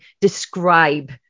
describe